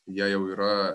jie jau yra